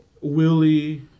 Willie